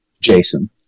Jason